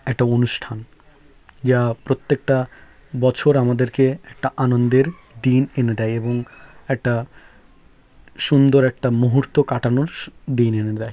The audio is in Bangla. একটা অনুষ্ঠান যা প্রত্যেকটা বছর আমাদেরকে একটা আনন্দের দিন এনে দেয় এবং একটা সুন্দর একটা মুহুর্ত কাটানোর স দিন এনে দেয়